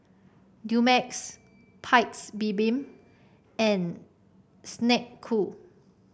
Dumex Paik's Bibim and Snek Ku